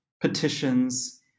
petitions